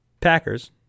Packers